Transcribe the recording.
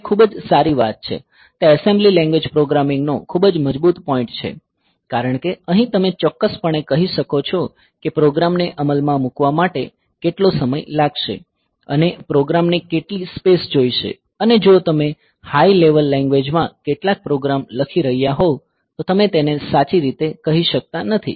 તે ખૂબ જ સારી વાત છે તે એસેમ્બલી લેંગ્વેજ પ્રોગ્રામિંગનો ખૂબ જ મજબૂત પોઈન્ટ છે કારણ કે અહીં તમે ચોક્કસપણે કહી શકો છો કે પ્રોગ્રામને અમલમાં મૂકવા માટે કેટલો સમય લાગશે અને પ્રોગ્રામને કેટલી સ્પેસ જોઈશે અને જો તમે હાય લેવલ લેન્ગ્વેજ માં કેટલાક પ્રોગ્રામ લખી રહ્યા હોવ તો તમે તેને સાચી રીતે કહી શકતા નથી